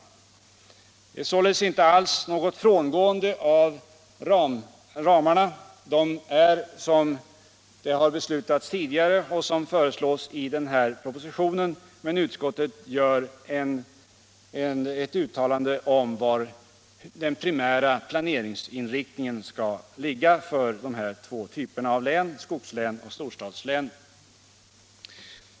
Det rör sig således inte alls om något frångående av ramarna. De har samma uppgift som beslutats tidigare och som det nu föreslås i propositionen. Men utskottet gör uttalanden om var den primära planeringsinriktningen skall ligga i fråga om skogslän resp. storstadslän.